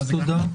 תודה.